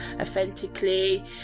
authentically